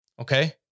Okay